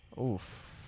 Oof